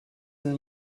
and